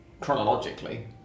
chronologically